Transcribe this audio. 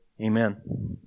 Amen